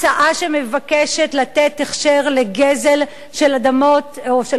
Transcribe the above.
הצעה שמבקשת לתת הכשר לגזל של אדמות או של